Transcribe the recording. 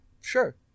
Sure